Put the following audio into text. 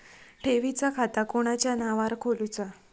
ठेवीचा खाता कोणाच्या नावार खोलूचा?